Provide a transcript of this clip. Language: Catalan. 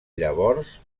llavors